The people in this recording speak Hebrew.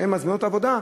שהן מזמינות העבודה,